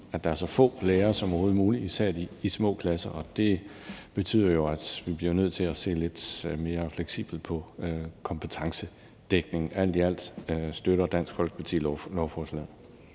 i de små klasser, da man mener, det er en god ting. Det betyder jo, at vi bliver nødt til at se lidt mere fleksibelt på kompetencedækningen. Alt i alt støtter Dansk Folkeparti lovforslaget.